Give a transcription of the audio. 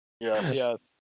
yes